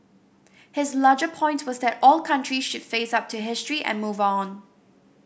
his larger point was that all countries should face up to history and move on